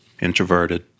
introverted